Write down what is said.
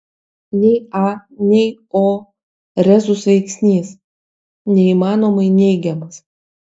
nei a nei o rezus veiksnys neįmanomai neigiamas